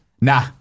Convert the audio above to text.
Nah